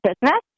business